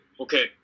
okay